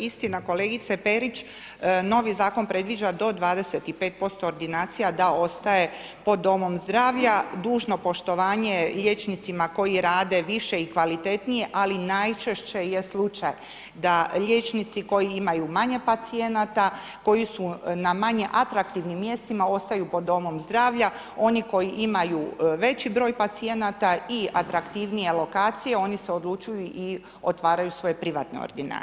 Istina kolegice Perić, novi zakon predviđa do 25% ordinacija da ostaje pod domom zdravlja, dužno poštovanje liječnicima koji rade više i kvalitetnije ali najčešće je slučaj da liječnici koji imaju manje pacijenata, koji su na manje atraktivnim mjestima, ostaju pod domom zdravlja, oni koji imaju veći broj pacijenata i atraktivnije lokacije, oni se odlučuju i otvaraju svoje privatne ordinacije.